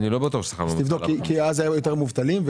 אז היו יותר מובטלים.